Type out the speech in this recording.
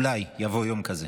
אולי יבוא יום כזה.